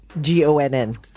G-O-N-N